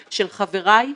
של חבריי,